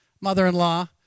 mother-in-law